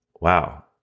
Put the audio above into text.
wow